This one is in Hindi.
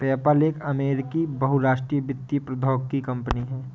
पेपैल एक अमेरिकी बहुराष्ट्रीय वित्तीय प्रौद्योगिकी कंपनी है